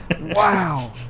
wow